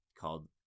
called